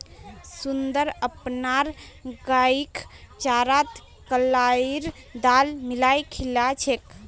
सुंदर अपनार गईक चारात कलाईर दाल मिलइ खिला छेक